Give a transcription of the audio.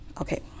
Okay